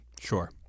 Sure